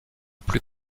plus